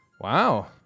Wow